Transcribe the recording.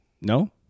No